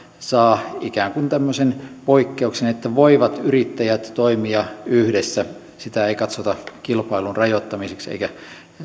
saavat ikään kuin tämmöisen poikkeuksen että yrittäjät voivat toimia yhdessä sitä ei katsota kilpailun rajoittamiseksi eikä